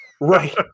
Right